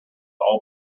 all